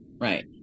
right